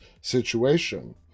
situation